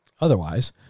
Otherwise